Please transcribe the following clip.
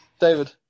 David